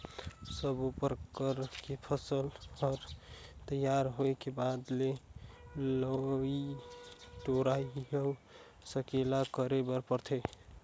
सब्बो परकर के फसल हर तइयार होए के बाद मे लवई टोराई अउ सकेला करे बर परथे